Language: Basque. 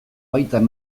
baitan